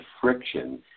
friction